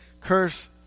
Curse